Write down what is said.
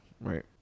Right